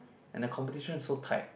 and the competition is so tight